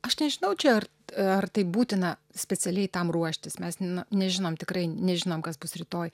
aš nežinau čia ar ar tai būtina specialiai tam ruoštis mes na nežinom tikrai nežinom kas bus rytoj